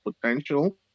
potential